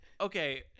okay